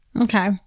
Okay